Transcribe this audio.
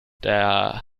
der